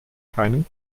keinen